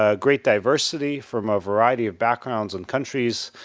ah great diversity from a variety of backgrounds and countries.